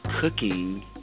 cooking